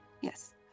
Yes